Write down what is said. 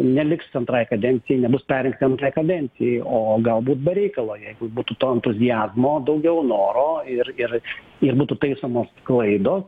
neliks antrai kadencijai nebus perrinkta antrai kadencijai o galbūt be reikalo jeigu būtų to entuziazmo daugiau noro ir ir ir būtų taisomos klaidos